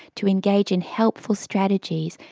to engage in helpful strategies,